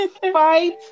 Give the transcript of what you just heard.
Fight